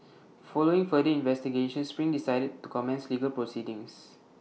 following further investigations spring decided to commence legal proceedings